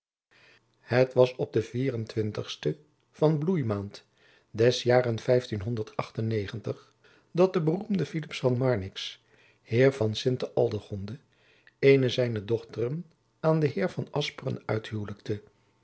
het was op den vierentwintigsten van bloeimaand des jaar dat de beroemde philips van marnix heer van sinte aldegonde eene zijner dochteren aan den heer van asperen